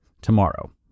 tomorrow